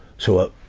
so, ah,